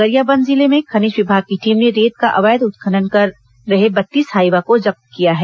गरियाबंद जिले में खनिज विभाग की टीम ने रेत का अवैध उत्खनन कर रहे बत्तीस हाईवा को जब्त किया है